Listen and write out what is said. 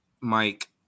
Mike